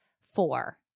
four